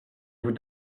vous